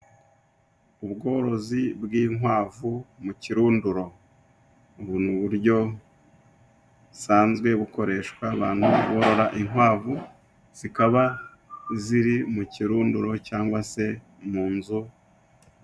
Ubworozi bw'inkwavu mu kirunduro, ububuryo busanzwe bukoreshwa n'abantu borora inkwavu, zikaba ziri mu kirunduro cyangwa se mu nzu.